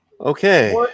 Okay